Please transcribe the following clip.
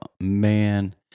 Man